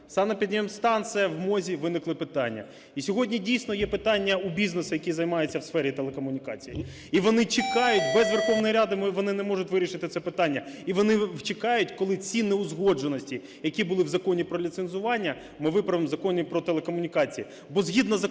Санепідемстанція в МОЗі, виникли питання. І сьогодні дійсно є питання у бізнесу, який займається в сфері телекомунікацій. І вони чекають, без Верховної Ради вони не можуть вирішити це питання, і вони чекають, коли ці неузгодженості, які були в Законі про ліцензування, ми виправимо в Законі про телекомунікації.